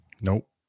Nope